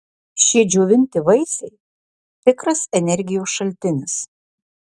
šie džiovinti vaisiai tikras energijos šaltinis